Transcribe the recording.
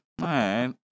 right